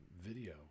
video